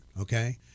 okay